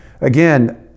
Again